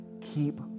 keep